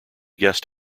guest